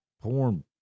porn